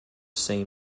same